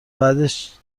بعدش